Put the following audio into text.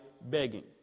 begging